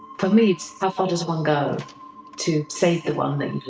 for me, it's how far does one go to save the one they